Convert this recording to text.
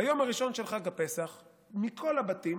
ביום הראשון של חג הפסח לוקחים מכל הבתים